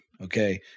Okay